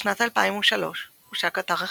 בשנת 2003 הושק אתר החברה,